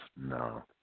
No